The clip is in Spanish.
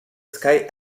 sky